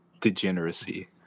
Degeneracy